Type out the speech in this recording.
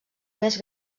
més